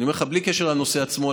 אני אומר לך בלי קשר לנושא עצמו,